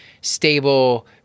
stable